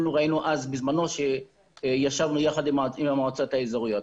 ראינו אז בזמנו שישבנו יחד עם המועצות האזוריות.